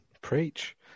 Preach